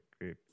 great